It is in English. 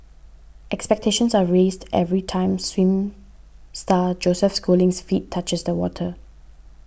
expectations are raised every time swim star Joseph Schooling's feet touches the water